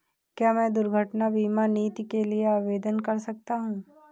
क्या मैं दुर्घटना बीमा नीति के लिए आवेदन कर सकता हूँ?